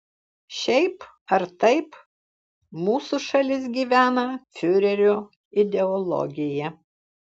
šiaip ar taip mūsų šalis gyvena fiurerio ideologija